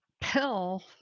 pill